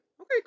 Okay